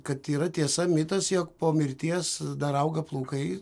kad yra tiesa mitas jog po mirties dar auga plaukai